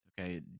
Okay